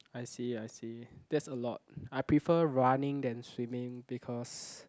I see I see that's a lot I prefer running than swimming because